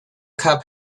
cup